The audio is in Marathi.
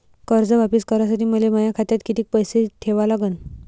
कर्ज वापिस करासाठी मले माया खात्यात कितीक पैसे ठेवा लागन?